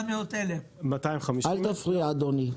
400,000. אל תפריע, אדוני.